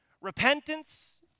Repentance